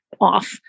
off